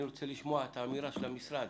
אני רוצה לשמוע את אמירת המשרד,